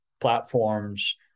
platforms